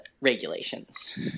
regulations